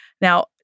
Now